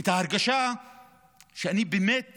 את ההרגשה שאני באמת